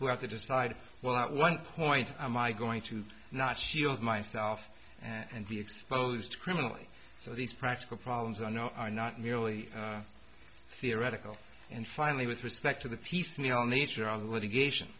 have to decide well at one point i'm i going to not shield myself and be exposed criminally so these practical problems i know are not merely theoretical and finally with respect to the piecemeal nature of litigation